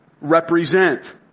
represent